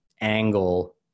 angle